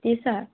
teacher